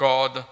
God